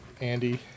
Andy